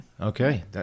Okay